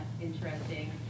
interesting